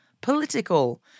political